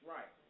Right